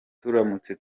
turamutse